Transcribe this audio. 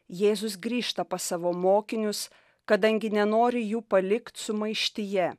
jėzus grįžta pas savo mokinius kadangi nenori jų palikt sumaištyje